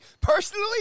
Personally